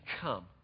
come